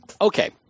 okay